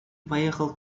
поехал